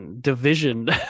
division